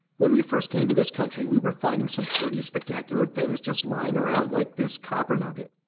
when we first came to this country, we were finding some pretty spectacular things just lying around, like this copper nugget.